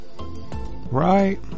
right